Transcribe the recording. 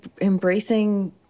embracing